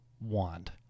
want